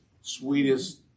sweetest